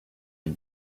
had